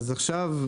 אז עכשיו,